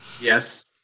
Yes